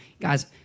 Guys